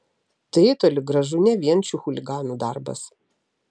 tai toli gražu ne vien šių chuliganų darbas